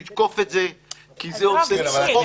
כן,